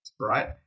right